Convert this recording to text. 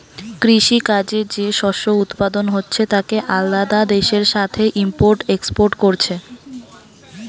কৃষি কাজে যে শস্য উৎপাদন হচ্ছে তাকে আলাদা দেশের সাথে ইম্পোর্ট এক্সপোর্ট কোরছে